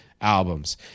albums